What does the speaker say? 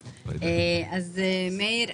מאיר,